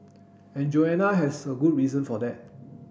and Joanna has a good reason for that